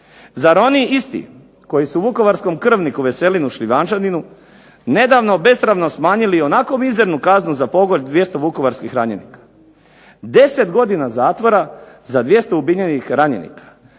Zar oni isti koji su vukovarskom krvniku Veselinu Šljivančaninu nedavno besramno smanjili i onako mizernu kaznu za pokolj 200 vukovarskih ranjenika? 10 godina zatvora za 200 ubijenih ranjenika?